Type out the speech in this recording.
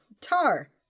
tar